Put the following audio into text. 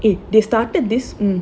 they started this